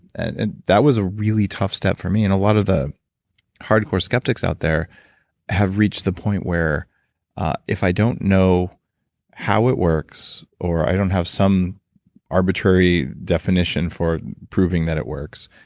and and that was a really tough step for me. and a lot of the hardcore skeptics out there have reached the point where if i don't know how it works or i don't have some arbitrary definition for proving that it works,